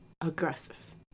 aggressive